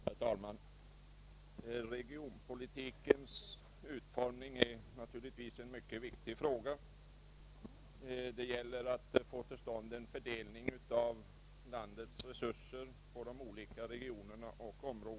Herr talman! Regionpolitikens utformning är naturligtvis en mycket viktig fråga. Det gäller att så rättvist som möjligt få till stånd en fördelning av landets resurser på de olika regionerna.